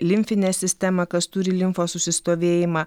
limfinę sistemą kas turi limfos užsistovėjimą